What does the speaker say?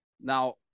Now